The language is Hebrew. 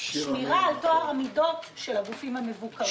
שמירה על טוהר המידות של הגופים המבוקרים.